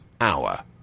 hour